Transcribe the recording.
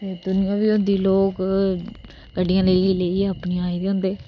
दुनियां बी होंदी लोक गड्डियां लेई अपनी आए दे होंदे